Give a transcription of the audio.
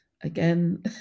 again